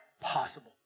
possible